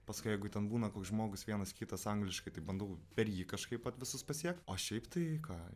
paskui jeigu ten būna toks žmogus vienas kitas angliškai tai bandau per jį kažkaip vat visus pasiekt o šiaip tai ką